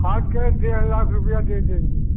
hard cash डेढ़ लाख रूपया दे देंगे